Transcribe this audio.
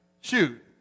shoot